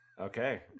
Okay